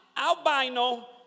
albino